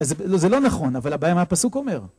זה לא נכון, אבל הבעיה מה הפסוק אומר.